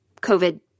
COVID